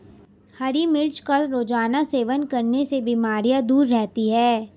हरी मिर्च का रोज़ाना सेवन करने से बीमारियाँ दूर रहती है